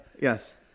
Yes